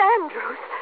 Andrews